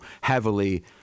heavily